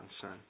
Son